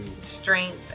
strength